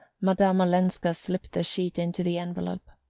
madame olenska slipped the sheet into the envelope,